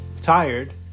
tired